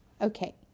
Okay